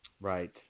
Right